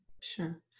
sure